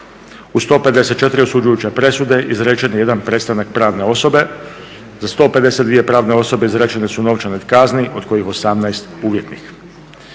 U 154 osuđujuće presude izrečen je jedan prestanak pravne osobe, za 152 pravne osobe izrečene su novčane kazne, od kojih 18 uvjetnih.